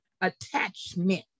attachment